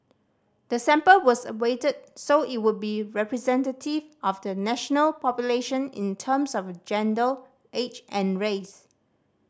the sample was weighted so it would be representative of the national population in terms of gender age and race